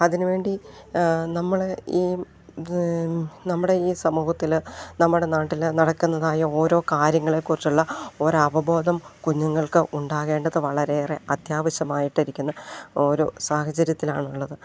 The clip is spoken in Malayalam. അതിനു വേണ്ടി നമ്മൾ ഈ നമ്മുടെ ഈ സമൂഹത്തിൽ നമ്മുടെ നാട്ടിൽ നടക്കുന്നതായ ഓരോ കാര്യങ്ങളെക്കുറിച്ചുള്ള ഒരവബോധം കുഞ്ഞുങ്ങൾക്ക് ഉണ്ടാകേണ്ടത് വളരെയേറെ അത്യാവശ്യമായിട്ടിരിക്കുന്ന ഓരോ സാഹചര്യത്തിലാണുള്ളത്